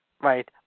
Right